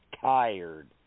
tired